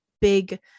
big